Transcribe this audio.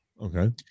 Okay